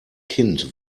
kind